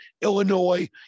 Illinois